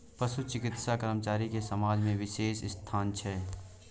पशु चिकित्सा कर्मचारी के समाज में बिशेष स्थान छै